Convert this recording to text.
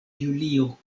julio